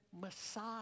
Messiah